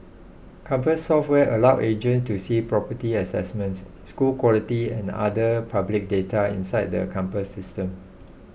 compass software allows agents to see property assessments school quality and other public data inside the Compass System